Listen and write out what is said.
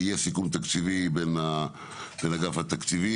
פחות או יותר: סיכום תקציבי בין אגף התקציבי